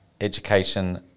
education